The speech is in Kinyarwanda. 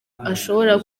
ashobora